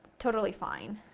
totally fine.